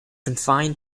confined